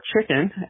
chicken